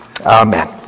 Amen